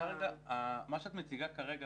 מה שאת מציגה כרגע